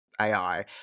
AI